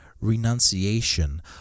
renunciation